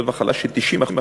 זאת מחלה ש-90%